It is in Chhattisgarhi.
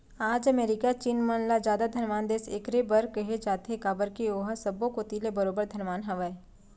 आज अमेरिका चीन मन ल जादा धनवान देस एकरे बर कहे जाथे काबर के ओहा सब्बो कोती ले बरोबर धनवान हवय